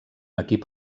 equip